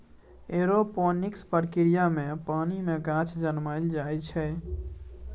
aeroponics प्रक्रिया मे पानि मे गाछ जनमाएल जाइ छै